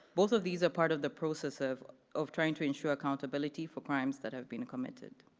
both of these are part of the process of of trying to ensure accountability for crimes that have been committed.